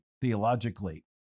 theologically